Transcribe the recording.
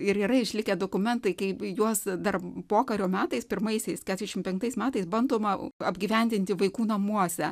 ir yra išlikę dokumentai kaip juos dar pokario metais pirmaisiais keturiasdešimt penktais metais bandoma apgyvendinti vaikų namuose